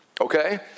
okay